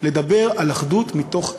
לדבר על אחדות מתוך חיים.